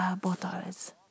bottles